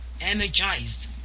energized